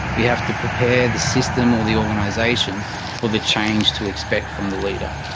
we have to prepare the system or the organisation for the change to expect from the leader.